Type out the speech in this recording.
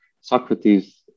Socrates